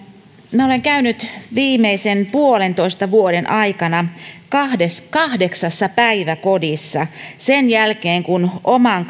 minä olen käynyt viimeisen puolentoista vuoden aikana kahdeksassa päiväkodissa sen jälkeen kun oman